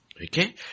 Okay